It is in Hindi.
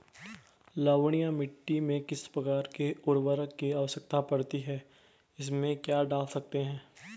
लवणीय मिट्टी में किस प्रकार के उर्वरक की आवश्यकता पड़ती है इसमें क्या डाल सकते हैं?